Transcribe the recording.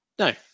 No